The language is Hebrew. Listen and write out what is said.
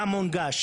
מה מונגש,